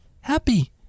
happy